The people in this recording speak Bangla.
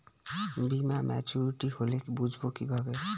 বীমা মাচুরিটি হলে বুঝবো কিভাবে?